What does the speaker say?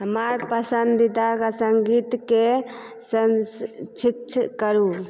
हमर पसन्दीदा संगीतके करू